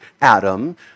Adam